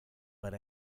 but